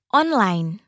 online